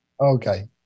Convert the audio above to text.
Okay